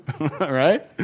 right